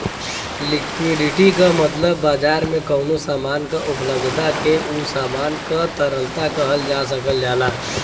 liquidity क मतलब बाजार में कउनो सामान क उपलब्धता के उ सामान क तरलता कहल जा सकल जाला